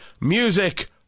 Music